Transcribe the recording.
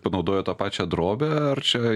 panaudojo tą pačią drobę ar čia